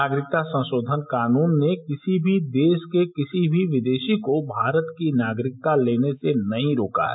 नागरिकता संशोधन कानून ने कित्ती भी देश के कित्ती भी विदेशी को भारत की नागरिकता लेने से नहीं रोका है